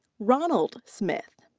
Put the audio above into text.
ronald smith.